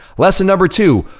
lesson number two,